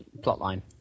Plotline